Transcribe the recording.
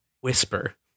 Whisper